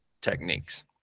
techniques